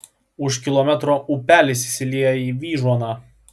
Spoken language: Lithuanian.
už kilometro upelis įsilieja į vyžuoną